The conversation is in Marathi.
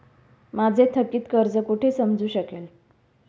माझे थकीत कर्ज कुठे समजू शकेल?